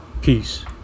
Peace